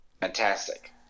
Fantastic